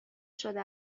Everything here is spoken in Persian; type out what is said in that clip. شده